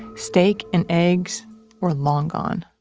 steak and eggs were long gone.